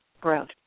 growth